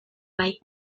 bai